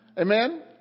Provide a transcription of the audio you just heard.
Amen